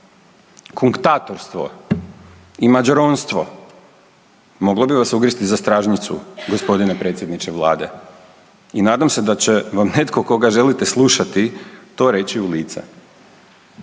Konktatorstvo i mađaronstvo moglo bi vas ugristi za stražnjicu gospodine predsjedniče Vlade i nadam se da će vam netko koga želite slušati to reći u lice.